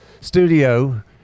studio